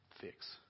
fix